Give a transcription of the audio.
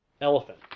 elephant